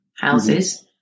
houses